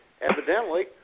evidently